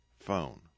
phone